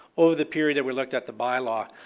over the period that we looked at the by law,